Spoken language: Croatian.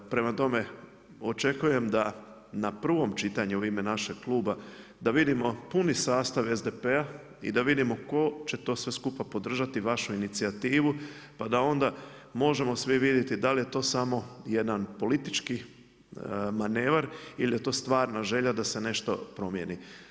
Prema tome, očekujem da na prvom čitanju u ime našeg kluba da vidimo puni sastav SDP-a i da vidimo tko će to sve skupa podržati vašu inicijativu pa da onda možemo svi vidjeti da li je to samo jedan politički manevar ili je to stvarna želja da se nešto promijeni.